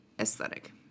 aesthetic